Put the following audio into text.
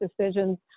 decisions